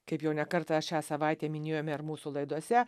kaip jau ne kartą šią savaitę minėjome ir mūsų laidose